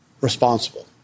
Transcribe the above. responsible